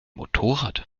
motorrad